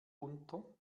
unter